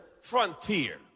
frontier